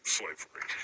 slavery